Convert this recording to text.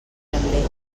mirambell